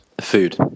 food